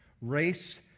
Race